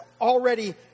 already